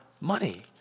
money